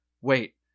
Wait